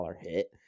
hit